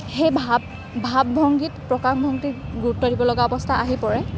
সেই ভাৱ ভাৱ ভংগীত প্ৰকাশ ভংগীত গুৰুত্ব দিব লগা অৱস্থা আহি পৰে